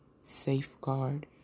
safeguard